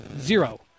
zero